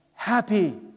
happy